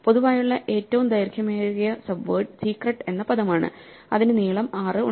പൊതുവായുള്ള ഏറ്റവും ദൈർഘ്യമേറിയ സബ്വേഡ് secret എന്ന പദമാണ് അതിന് നീളം 6 ഉണ്ട്